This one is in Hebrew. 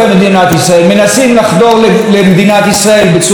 מנסים לחדור למדינת ישראל בצורה לא חוקית,